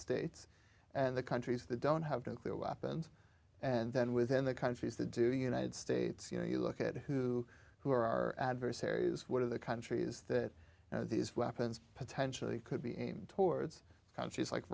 states and the countries that don't have to clear weapons and then within the countries the doing united states you know you look at who who are our adversaries what are the countries that these weapons potentially could be aimed towards countries like